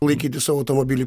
laikyti savo automobilį